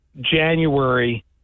January